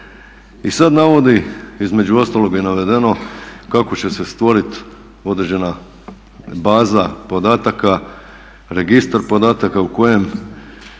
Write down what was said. I sada navodi, između ostaloga je navedeno kako će se stvoriti određena baza podataka, registar podataka u kojem